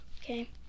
Okay